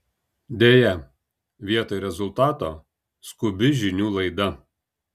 deja vietoj rezultato skubi žinių laida